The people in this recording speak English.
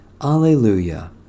Alleluia